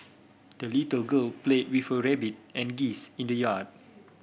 the little girl play with her rabbit and geese in the yard